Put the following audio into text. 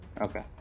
Okay